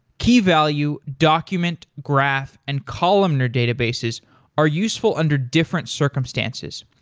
key-value, document graph, and columnar databases are useful under different circumstances.